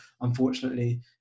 unfortunately